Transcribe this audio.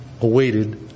awaited